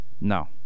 No